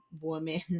woman